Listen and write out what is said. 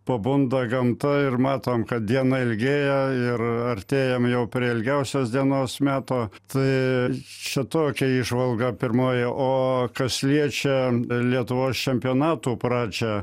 pabunda gamta ir matom kad diena ilgėja ir artėjam jau prie ilgiausios dienos meto tai čia tokia įžvalga pirmoji o kas liečia lietuvos čempionatų pradžią